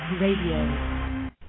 Radio